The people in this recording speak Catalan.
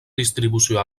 distribució